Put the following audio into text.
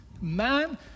man